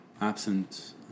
absent